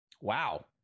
Wow